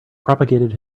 propagated